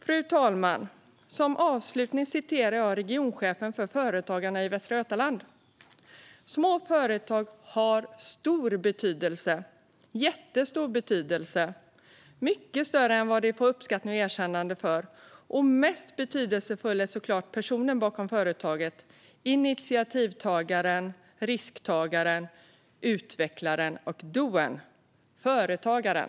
Fru talman! Som avslutning citerar jag regionchefen för Företagarna Västra Götaland: "Små företag har stor betydelse. Jättestor betydelse! Mycket större än vad de får uppskattning och erkännande för. Och mest betydelsefull är såklart personen bakom företaget; initiativtagaren, risktagaren, utvecklaren och doern. Företagaren!"